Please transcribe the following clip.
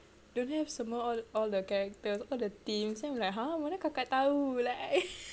don't have semua all all the characters all the teams then I'm like !huh! mana kakak tahu like I